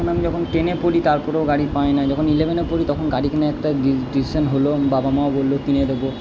তখন আমি যখন টেনে পড়ি তারপরেও গাড়ি পাই না যখন ইলেভেনে পড়ি তখন গাড়ি কেনার একটা ডিশিশান হলো বাবা মাও বলল কিনে দেবো